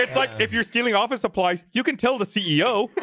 and like if you're stealing office supplies you can tell the ceo,